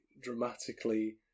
dramatically